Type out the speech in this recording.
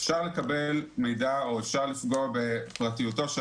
אפשר לקבל מידע ואפשר לפגוע בפרטיותו של